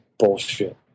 bullshit